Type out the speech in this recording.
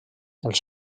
els